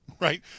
Right